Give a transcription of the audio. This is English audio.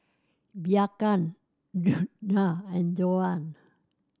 Bianca Djuana and Joann